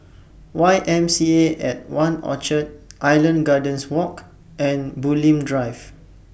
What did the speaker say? Y M C A At one Orchard Island Gardens Walk and Bulim Drive